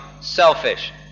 selfish